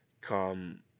come